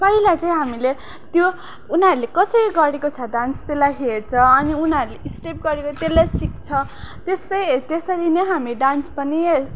पहिला चाहिँ हामीले त्यो उनीहरूले कसरी गरेको छ डान्स त्यसलाई हेर्छ अनि उनीहरूले स्टेप गरेको त्यसलाई सिक्छ त्यसै त्यसरी नै हामी डान्स पनि